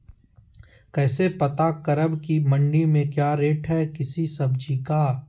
कैसे पता करब की मंडी में क्या रेट है किसी सब्जी का?